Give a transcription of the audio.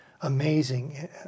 amazing